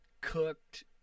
cooked